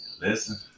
Listen